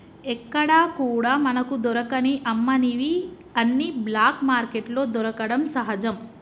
ఎక్కడా కూడా మనకు దొరకని అమ్మనివి అన్ని బ్లాక్ మార్కెట్లో దొరకడం సహజం